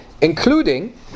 including